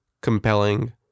compelling